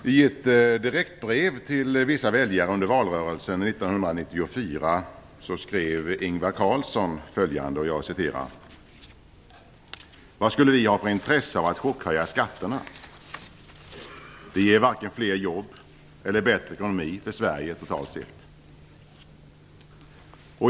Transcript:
Fru talman! I ett direktbrev till vissa väljare under valrörelsen 1994 skrev Ingvar Carlsson: "Vad skulle vi ha för intresse av att chockhöja skatterna? Det ger varken fler jobb eller bättre ekonomi för Sverige totalt sett".